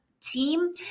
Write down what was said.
team